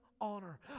honor